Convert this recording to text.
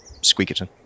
Squeakerton